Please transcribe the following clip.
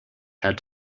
had